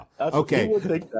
Okay